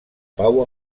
pau